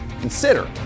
consider